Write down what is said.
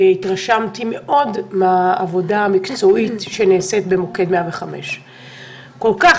והתרשמתי מאוד מן העבודה המקצועית שנעשית במוקד 105. כל כך